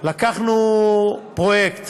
לקחנו פרויקט